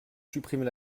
supprimez